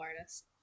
artist